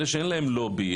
אלה שאין להם לובי,